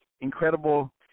incredible